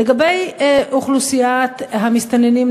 לגבי אוכלוסיית המסתננים,